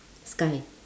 sky